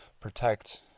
protect